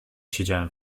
siedziałem